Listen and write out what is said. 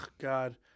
god